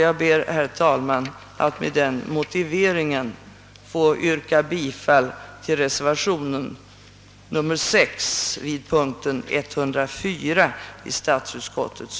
Jag ber att med denna motivering få yrka bifall till reservationen nr 6.